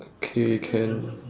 okay can